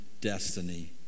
destiny